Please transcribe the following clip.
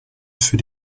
für